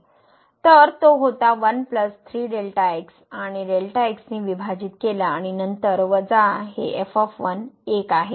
तर तो होता 13 आणि ने विभाजित केला आणि नंतर वजा हे 1 आहे